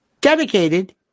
dedicated